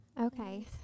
Okay